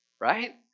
right